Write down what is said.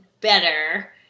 better